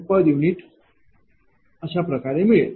हा अशाप्रकारे आहे